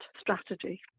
strategy